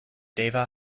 deva